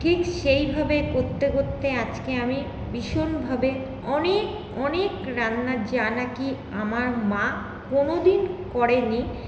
ঠিক সেইভাবে করতে করতে আজকে আমি ভীষণভাবে অনেক অনেক রান্না যা নাকি আমার মা কোনো দিন করেনি